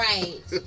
Right